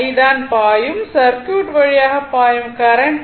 I தான் பாயும் circuit வழியாக பாயும் கரண்ட்